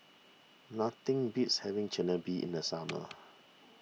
nothing beats having Chigenabe in the summer